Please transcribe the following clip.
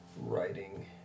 writing